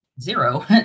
zero